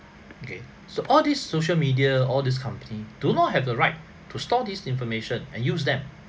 okay so all these social media all these company do not have the right to store this information and use them